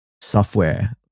software